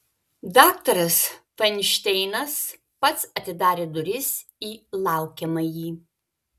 daktaras fainšteinas pats atidarė duris į laukiamąjį